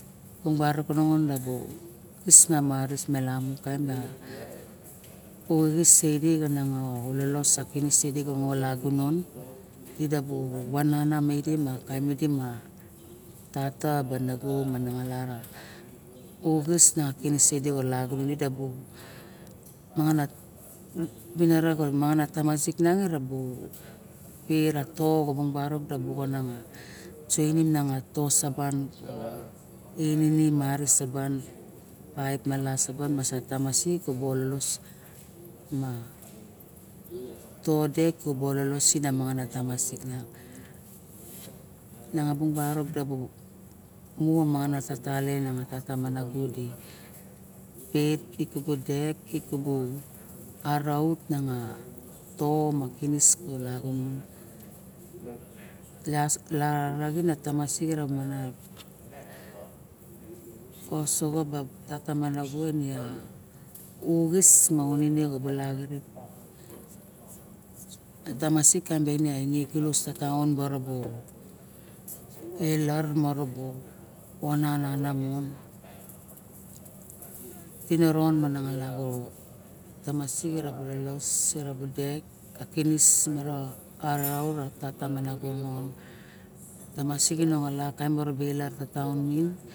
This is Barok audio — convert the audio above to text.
Bung barok ke nongon na bu kis ma maris mela mu kaim a uxis eidi nganaga ololos moxo mo lagunon ida bu nana idi ma kaim idi ma tata ba nago mananga la ra uxis na kinis sidi xa lagunon di da bu mangana vinira kabu tamasik mi marabu pet a to xabong barok nanga to saban ininim ari saban paep ma la saban masa tamasik debu ololos ma to dek kubu ololos masin a mangan na tamasik nanga. Bung barok kabu mu mangan a tatalien ra tata ma nago di pet i kubu dek kabu araut ma to ma kinis ka la gunon las ka ra raxin na mana osoxo bara tata ma nago uxis me unine la xirip a tamasik kaim ba ine egulos ka taon orobu ilar mara bu vunan nang moxo tiniron nama ngalar e tamasik irobu lolos dek ka kinis mara araut ka tata ma nago mo tamasik enongola erabu taem muru ra taon